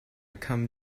come